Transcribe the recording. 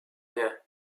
rien